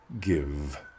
Give